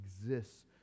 exists